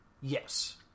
Yes